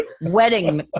wedding